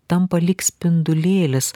tampa lyg spindulėlis